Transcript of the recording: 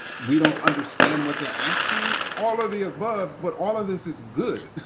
we don't understand what they are asking. all of the above, but all of this is good.